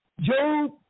Job